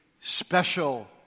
special